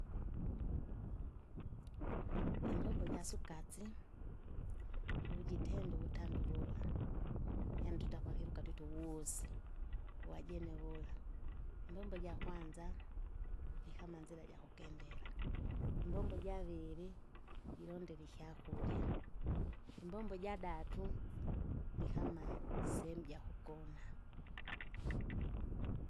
Imbombo jasukasi uvujitenda uvutandu uvula, yanduta ikwakiruga twita uvuusi wajene wula, imbombo jakwanza, nikama nzira jakukindira, imbombo javili, jirondela ikyakurya, imbombo jadatu jadatu nikama sehemu jakukona.